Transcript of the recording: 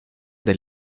del